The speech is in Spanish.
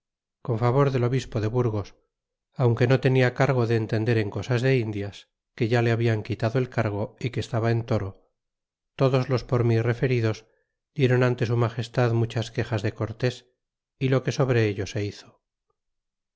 con favor del obispo de burgos aunque no tenia cargo de entender en cosas de indias que ya le hablan quitado el cargo y se estaba en toro todos los por mi referidos didron ante su magestad muchas quexas de cortes y lo que sobre ello se hizo